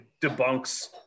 debunks